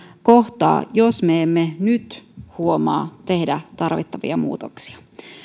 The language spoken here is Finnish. kohtaa jos me emme nyt huomaa tehdä tarvittavia muutoksia